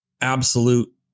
absolute